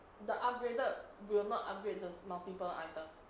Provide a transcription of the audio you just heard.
the upgraded will not upgrade the multiple items